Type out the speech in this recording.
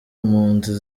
impunzi